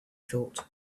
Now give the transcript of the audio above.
thought